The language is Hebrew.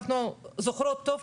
אנחנו זוכרות טוב,